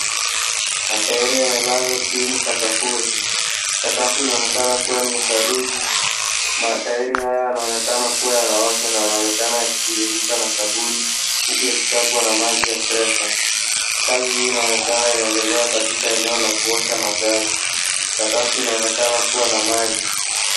Matairi yamelazwa chini sakafuni. Sakafu inaonekana kuwa ni ya saruji. Matairi haya yanaonekana kuwa yanaoshwa na yanaonekana yakitiririka na sabuni, huyu yakichapwa na maji ya pressure . Kazi hii inaonekana inaendelea katika eneo la kuosha magari. Sakafu inaonekana kuwa na maji.